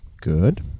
good